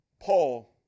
Paul